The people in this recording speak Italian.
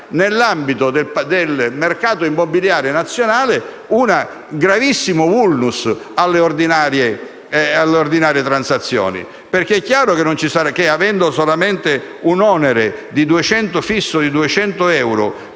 nell'ambito del mercato immobiliare nazionale, un gravissimo *vulnus* alle ordinarie transazioni. È infatti chiaro che, avendo solamente un onere fisso di 200 euro